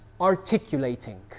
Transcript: articulating